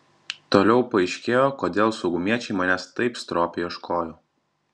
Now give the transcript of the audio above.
toliau paaiškėjo kodėl saugumiečiai manęs taip stropiai ieškojo